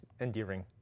endearing